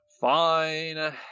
Fine